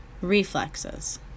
reflexes